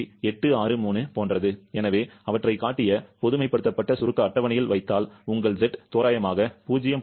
863 போன்றது எனவே அவற்றைக் காட்டிய பொதுமைப்படுத்தப்பட்ட சுருக்க அட்டவணையில் வைத்தால் உங்கள் Z தோராயமாக 0